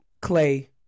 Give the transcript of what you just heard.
Clay